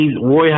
Roy